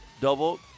double